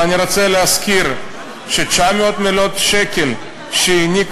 ואני רוצה להזכיר ש-900 מיליון שקל שהעניק